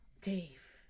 Dave